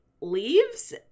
leaves